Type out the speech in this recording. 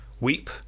Weep